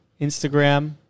Instagram